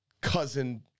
cousin